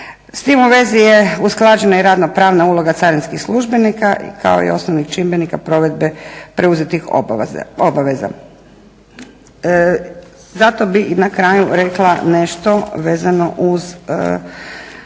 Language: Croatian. S tim u vezi je usklađena i radno pravna uloga carinskih službenika kao i osnovnih čimbenika provedbe preuzetih obaveza. Zato bi na kraju rekla nešto vezano uz